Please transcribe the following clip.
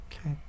Okay